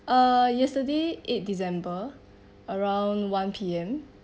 uh yesterday eight december around one P_M